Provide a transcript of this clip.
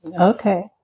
Okay